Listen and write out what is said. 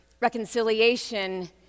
Reconciliation